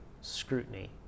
scrutiny